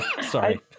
Sorry